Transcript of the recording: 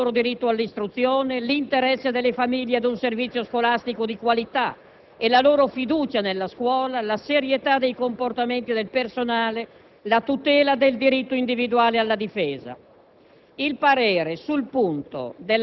Sono in gioco la tutela dei minori e del loro diritto all'istruzione, l'interesse delle famiglie ad un servizio scolastico di qualità e la loro fiducia nella scuola, la serietà dei comportamenti del personale, la tutela del diritto individuale alla difesa.